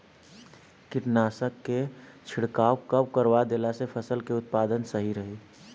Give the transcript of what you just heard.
कीटनाशक के छिड़काव कब करवा देला से फसल के उत्पादन सही रही?